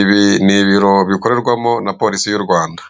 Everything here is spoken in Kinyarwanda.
ibi ni ibiro bikorerwamo na polisi y' u Rwanda.